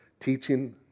teaching